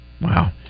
Wow